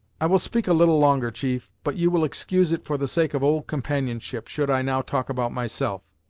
i will speak a little longer, chief, but you will excuse it for the sake of old companionship, should i now talk about myself.